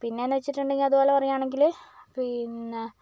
പിന്നെ എന്ന് വെച്ചിട്ടുണ്ടെങ്കിൽ അതുപോലെ പറയുകയാണെങ്കിൽ പിന്നേ